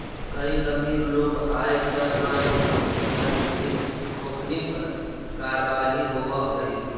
कईक अमीर लोग आय कर न देवऽ हई फिर ओखनी पर कारवाही होवऽ हइ